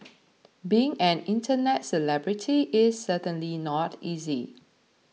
being an internet celebrity is certainly not easy